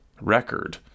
record